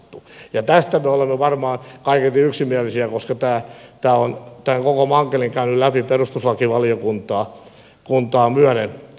tästä me olemme varmaan kaiketi yksimielisiä koska tämä on tämän koko mankelin käynyt läpi perustuslakivaliokuntaa myöden